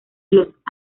los